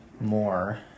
more